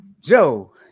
Joe